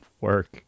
work